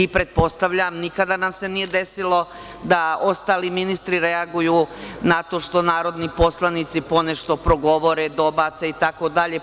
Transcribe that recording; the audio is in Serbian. Nikada nam se nije desilo da ostali ministri reaguju na to što narodni poslanici ponešto progovore, dobace itd.